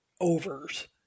overs